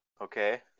Okay